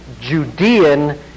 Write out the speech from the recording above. Judean